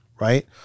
right